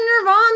nirvana